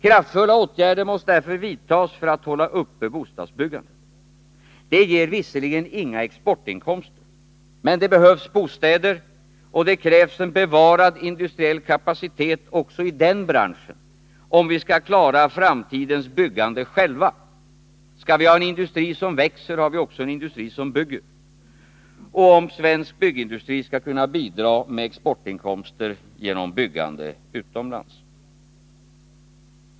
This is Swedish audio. Kraftfulla åtgärder måste därför vidtas för att hålla uppe bostadsbyggandet. Det ger visserligen inga exportinkomster. Men det behövs bostäder och det krävs en bevarad industriell kapacitet också i den branschen, om vi skall klara framtidens byggande själva — skall vi ha en industri som växer måste vi också ha en industri som bygger — och om svensk byggindustri skall kunna bidra med exportinkomster genom byggande utomlands.